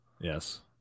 Yes